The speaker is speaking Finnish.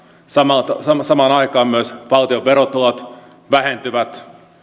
samaan samaan aikaan myös valtion verotulot vähentyvät